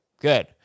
good